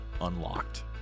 Unlocked